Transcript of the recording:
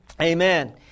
Amen